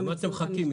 למה אתם מחכים?